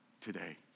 today